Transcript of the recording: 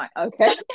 okay